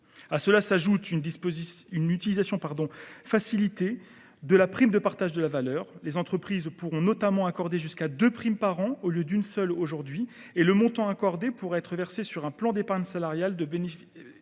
À cela s’ajoute une utilisation facilitée de la prime de partage de la valeur. Les entreprises pourront notamment accorder jusqu’à deux primes par an, au lieu d’une seule aujourd’hui, et le montant accordé pourra être versé sur un plan d’épargne salariale pour bénéficier